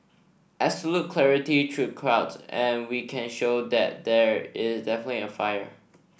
absolute clarity through the clouds and we can show that there is definitely a fire